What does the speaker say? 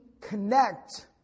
connect